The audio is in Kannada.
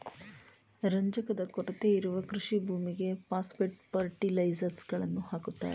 ರಂಜಕದ ಕೊರತೆ ಇರುವ ಕೃಷಿ ಭೂಮಿಗೆ ಪಾಸ್ಪೆಟ್ ಫರ್ಟಿಲೈಸರ್ಸ್ ಗಳನ್ನು ಹಾಕುತ್ತಾರೆ